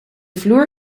vloer